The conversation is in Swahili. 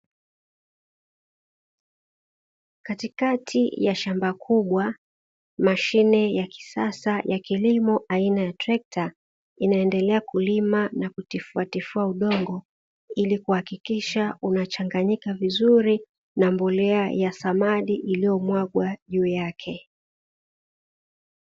Katikati ya shamba kubwa mashine ya kisasa ya kilimo aina ya trekta inaendelea kulima na kutifua udongo, ili kuhakikisha unachanganyika vizuri na mbolea ya samadi iliyomwagwa juu yake .